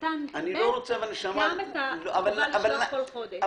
קטן (ב) גם את החובה לשלוח לו כל חודש.